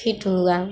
fit हुई